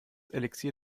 elixier